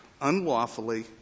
unlawfully